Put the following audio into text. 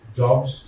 jobs